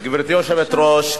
גברתי היושבת-ראש,